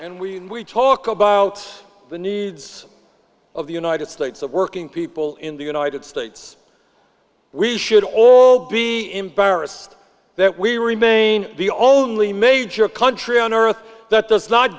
and we talk about the needs of the united states of working people in the united states we should old be embarrassed that we remain the only major country on earth that does not